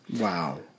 Wow